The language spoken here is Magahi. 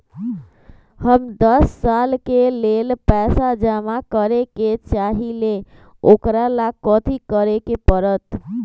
हम दस साल के लेल पैसा जमा करे के चाहईले, ओकरा ला कथि करे के परत?